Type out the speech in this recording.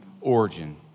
origin